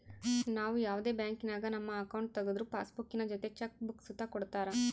ನಾವು ಯಾವುದೇ ಬ್ಯಾಂಕಿನಾಗ ನಮ್ಮ ಅಕೌಂಟ್ ತಗುದ್ರು ಪಾಸ್ಬುಕ್ಕಿನ ಜೊತೆ ಚೆಕ್ ಬುಕ್ಕ ಸುತ ಕೊಡ್ತರ